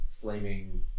flaming